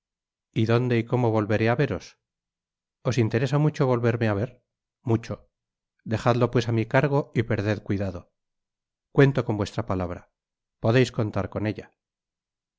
y dónde y como volveré á veros os interesa mucho volverme á ver mucho dejadlo pues á mi cargo y perded cuidado cuento con vuestra palabra podeis contar con ella